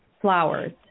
flowers